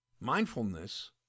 mindfulness